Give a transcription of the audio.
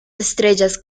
estrellas